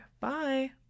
Bye